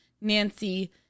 Nancy